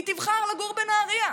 היא תבחר לגור בנהריה.